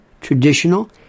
traditional